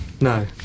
No